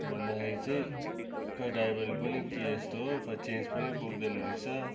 भन्दाखेरि चाहिँ खै ड्राइभरले पनि के यस्तो हो खै चेन्ज पनि बोक्दैन रहेछ